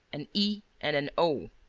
an e and an o.